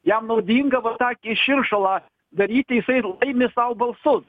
jam naudinga va tą gi širšalą daryti jisai laimi sau balsus